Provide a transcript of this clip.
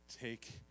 take